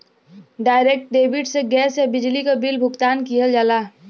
direct debit से gas या बिजली क बिल भुगतान किहल जाला